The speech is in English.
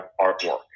artwork